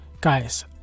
guys